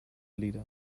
leader